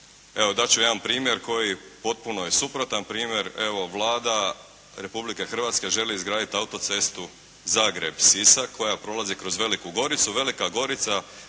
Dat ću jedan primjer koji potpuno je suprotan primjer. Evo, Vlada Republike Hrvatske želi izgraditi autocestu Zagreb-Sisak koja prolazi kroz Veliku Goricu. Velika Gorica